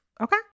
okay